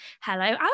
Hello